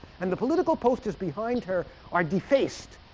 and the political posters behind her are defaced.